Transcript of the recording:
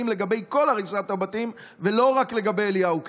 לגבי כל הריסת הבתים ולא רק לגבי אליהו קיי,